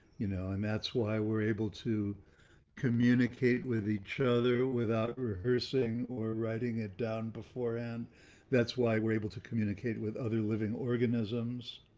you know, and that's why we're able to communicate with each other without rehearsing or writing it down before and that's why we're able to communicate with other living organisms.